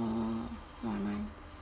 orh !wah! nice